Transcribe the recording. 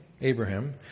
Abraham